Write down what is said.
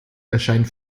erscheint